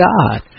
God